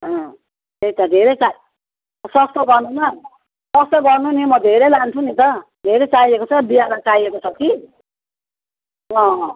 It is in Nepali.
त्यही त धेरै चा सस्तो गर्नु ल सस्तो गर्नु नि म धेरै लान्छु नि त धेरै चाहिएको छ बिहालाई चाहिएको छ कि